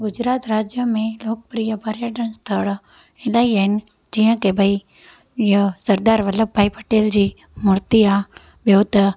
गुजरात राज्य में लोकप्रिय पर्यटन स्थल आ्हे हेॾा ई आहिनि जीअं की भई इहो सरदार बल्लभ भाई पटेज जी मूर्ती आहे ॿियो त